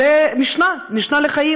זו משנה, משנה לחיים.